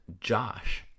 Josh